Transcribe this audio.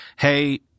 Hey